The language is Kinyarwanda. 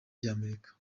ry’amerika